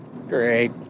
Great